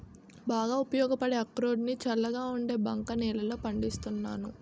బాగా ఉపయోగపడే అక్రోడ్ ని చల్లగా ఉండే బంక నేలల్లో పండిస్తున్నాను